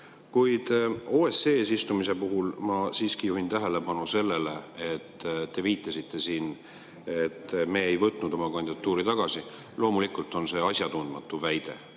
Kuid OSCE eesistumise puhul ma siiski juhin tähelepanu sellele, millele te viitasite, et me ei võtnud oma kandidatuuri tagasi. Loomulikult on see asjatundmatu väide.